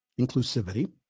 inclusivity